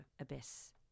abyss